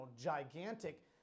gigantic